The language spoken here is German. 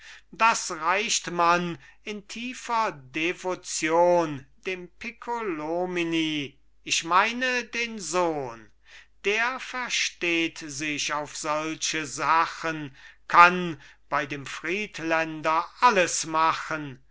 das reicht man in tiefer devotion dem piccolomini ich meine den sohn der versteht sich auf solche sachen kann bei dem friedländer alles machen